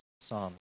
psalm